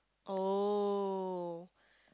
oh